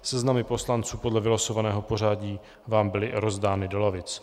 Seznamy poslanců podle vylosovaného pořadí vám byly rozdány do lavic.